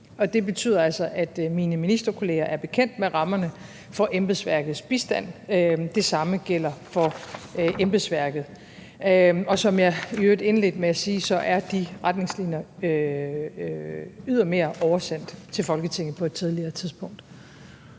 det betyder altså, at mine ministerkolleger er bekendt med rammerne for embedsværkets bistand. Det samme gælder for embedsværket. Og som jeg i øvrigt indledte med at sige, er de retningslinjer ydermere oversendt til Folketinget på et tidligere tidspunkt.